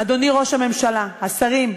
אדוני ראש הממשלה, השרים,